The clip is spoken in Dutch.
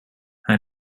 hij